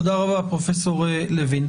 תודה רבה, פרופ' לוין.